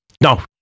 no